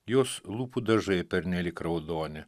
jos lūpų dažai pernelyg raudoni